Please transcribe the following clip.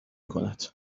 کند